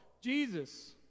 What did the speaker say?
Jesus